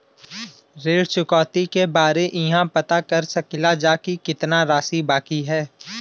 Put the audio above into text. ऋण चुकौती के बारे इहाँ पर पता कर सकीला जा कि कितना राशि बाकी हैं?